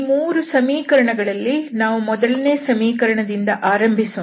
ಈ ಮೂರು ಸಮೀಕರಣಗಳಲ್ಲಿ ನಾವು ಮೊದಲನೇ ಸಮೀಕರಣದಿಂದ ಆರಂಭಿಸೋಣ